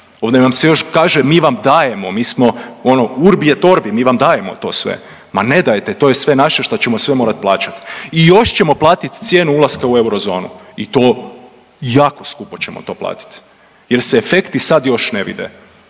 ovdje vam se još kaže mi vam dajemo, mi smo urbi e torbi, mi vam dajemo to sve. Ma ne dajete, to je sve naše što ćemo sve morat plaćat. I još ćemo platit cijenu ulaska u eurozonu i to jako skupo ćemo to platit jer se efekti sad još ne vide.